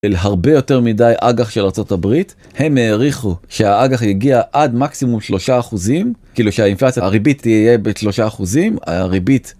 אל הרבה יותר מדי אגח של ארצות הברית, הם העריכו שהאגח יגיע עד מקסימום שלושה אחוזים, כאילו שהאינפלציה הריבית תהיה בשלושה אחוזים, הריבית.